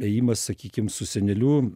ėjimas sakykim su seneliu